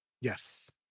Yes